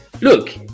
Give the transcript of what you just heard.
Look